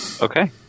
Okay